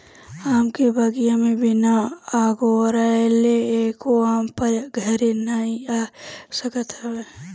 आम के बगीचा में बिना अगोरले एगो आम घरे नाइ आ सकत हवे